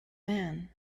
man